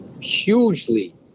hugely